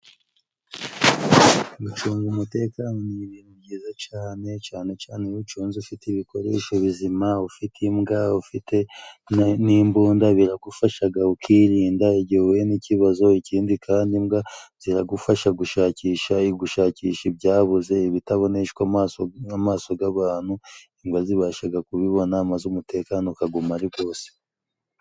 Gucunga umutekano ni ibintu byiza cyane, cyane cyane iyo uwucunze ufite ibikoresho bizima, ufite imbwa, ufite n'imbunda biragufasha ukirinda igihe uhuye n'ikibazo, ikindi kandi, imbwa ziragufasha gushakisha, iri gushakisha ibyabuze, ibitaboneshwa amaso, nk'amaso y'abantu imbwa zibasha kubibona, maze umutekano ukaguma ari wose.